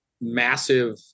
massive